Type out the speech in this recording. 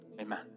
amen